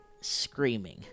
screaming